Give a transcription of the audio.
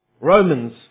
Romans